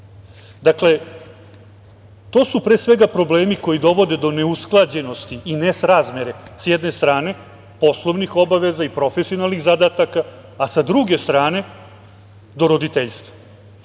života. To su pre svega problemi koji dovode do neusklađenosti i nesrazmere sa jedne strane poslovnih obaveza i profesionalnih zadataka, a sa druge strane do roditeljstva